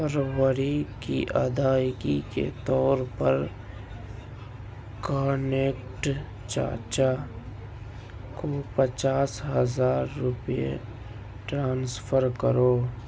فروری کی ادائیگی کے طور پر کانیکٹ چاچا کو پچاس ہزار روپے ٹرانسفر کرو